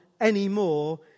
anymore